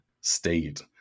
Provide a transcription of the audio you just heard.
state